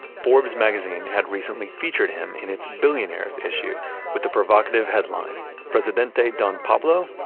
forbes magazine had recently featured him in its billionaires issue with the provocative headline presidente don pablo?